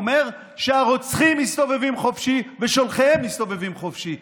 זה אומר שהרוצחים מסתובבים חופשי ושולחיהם מסתובבים חופשי,